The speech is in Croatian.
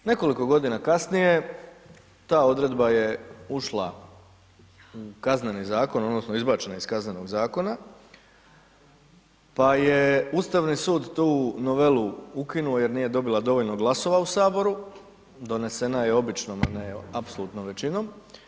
Nekoliko godina kasnije ta odredba je ušla u Kazneni zakon odnosno izbačena iz Kaznenog zakona, pa je Ustavni sud tu novelu ukinuo jer nije dobila dovoljno glasova u saboru, donesena je običnom a ne apsolutnom većinom.